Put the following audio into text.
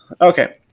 okay